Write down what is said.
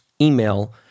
email